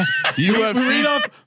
UFC